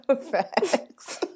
Facts